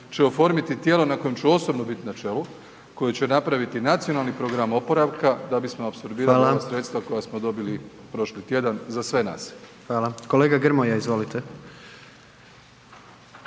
će oformiti tijelo na kojem ću osobno biti na čelu koji će napraviti nacionalni program oporavka da bismo apsorbirali ova sredstva koja smo dobili prošli tjedan za sve nas. **Jandroković,